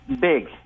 big